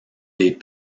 des